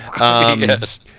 Yes